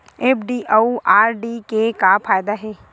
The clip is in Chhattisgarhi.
एफ.डी अउ आर.डी के का फायदा हे?